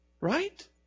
Right